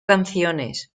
canciones